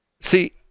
See